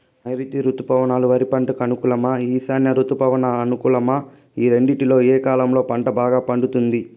నైరుతి రుతుపవనాలు వరి పంటకు అనుకూలమా ఈశాన్య రుతుపవన అనుకూలమా ఈ రెండింటిలో ఏ కాలంలో పంట బాగా పండుతుంది?